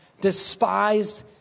despised